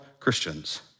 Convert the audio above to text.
Christians